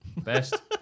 Best